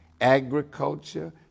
agriculture